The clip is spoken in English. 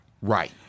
right